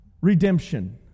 redemption